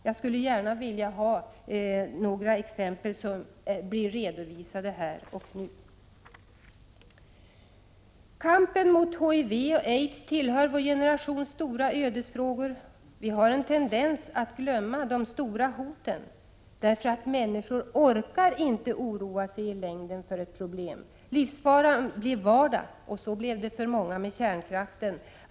Jag skulle gärna vilja ha några exempel redovisade här. Kampen mot HIV och aids tillhör vår generations stora ödesfrågor. Vi har en tendens att glömma de stora hoten. Människor orkar ju inte i längden oroa sig för ett problem. Livsfaran blir vardag. Så blev det för många med kärnkraften.